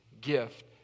gift